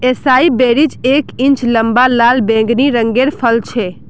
एसाई berries एक inch लंबा लाल बैंगनी रंगेर फल छे